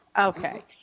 Okay